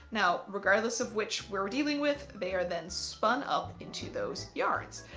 now regardless of which we're dealing with, they are then spun up into those yards.